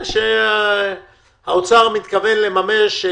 שהאוצר מתכוון לממש,